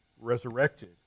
resurrected